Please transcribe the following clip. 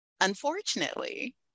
Unfortunately